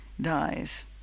dies